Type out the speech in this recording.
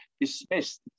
dismissed